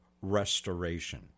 restoration